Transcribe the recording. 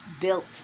built